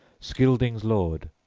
scyldings' lord,